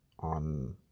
On